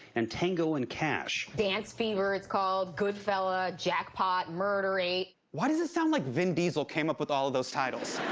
and tango and cash dance fever, it's called. goodfella, jackpot, murder eight. why does it sound like vin diesel came up with all of those titles?